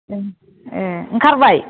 ए ए ओंखारबाय